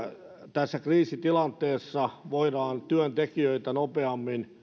tässä kriisitilanteessa voidaan työntekijöitä nopeammin